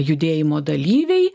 judėjimo dalyviai